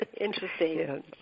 interesting